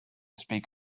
speak